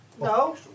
No